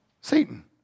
Satan